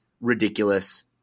ridiculous